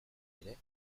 ere